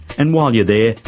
and while you're there,